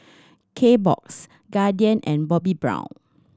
Kbox Guardian and Bobbi Brown